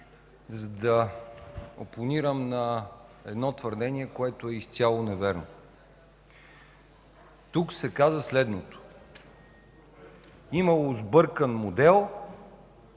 за да опонирам на едно твърдение, което е изцяло невярно. Тук се каза следното: имало сбъркан модел,